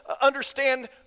understand